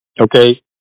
Okay